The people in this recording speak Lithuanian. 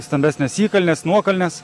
stambesnės įkalnės nuokalnės